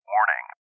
Warning